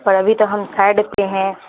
پر ابھی تو ہم سائڈ پہ ہیں